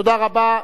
תודה רבה.